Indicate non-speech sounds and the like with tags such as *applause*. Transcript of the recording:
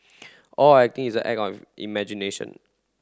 *noise* all acting is act of imagination